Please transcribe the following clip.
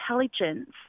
intelligence